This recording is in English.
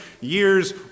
years